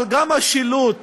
גם השילוט